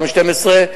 גם ב-2012,